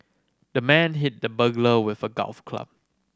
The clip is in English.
the man hit the burglar with a golf club